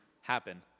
happen